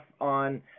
on